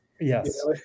Yes